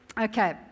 Okay